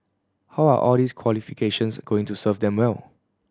how are all these qualifications going to serve him well